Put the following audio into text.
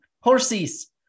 Horses